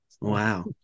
Wow